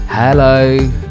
Hello